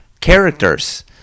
characters